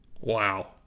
Wow